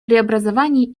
преобразований